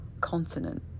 continent